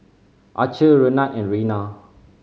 Archer Renard and Rena